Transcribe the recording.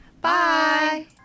Bye